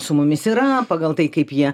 su mumis yra pagal tai kaip jie